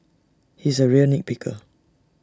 he's A real nit picker